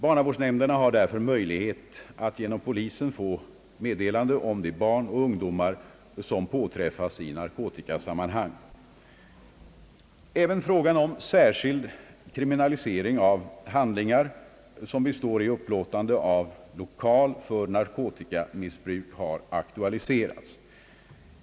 Barnavårdsnämnderna har därför möjlighet att genom polisen få meddelanden om de barn och ungdomar som påträffas i narkotikasammanhang. Även frågan om särskild kriminalisering av handlingar som består i tillhandahållande av lokal för narkotikamissbruk har aktualiserats.